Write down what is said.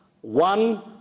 one